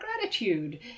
gratitude